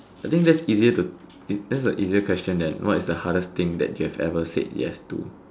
I think that's easier to that's a easier question than what's the hardest thing that you have ever said yes to